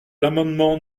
l’amendement